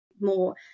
more